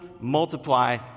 multiply